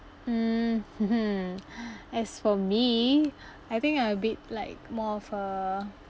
um as for me I think I a bit like more of a